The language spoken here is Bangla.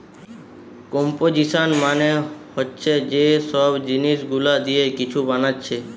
কম্পোজিশান মানে হচ্ছে যে সব জিনিস গুলা দিয়ে কিছু বানাচ্ছে